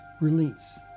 Release